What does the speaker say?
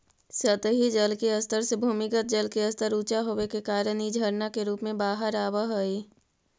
सतही जल के स्तर से भूमिगत जल के स्तर ऊँचा होवे के कारण इ झरना के रूप में बाहर आवऽ हई